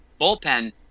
bullpen